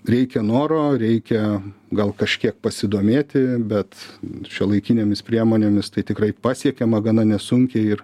reikia noro reikia gal kažkiek pasidomėti bet šiuolaikinėmis priemonėmis tai tikrai pasiekiama gana nesunkiai ir